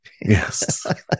Yes